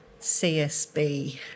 CSB